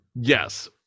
Yes